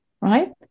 right